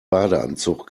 badeanzug